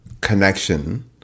connection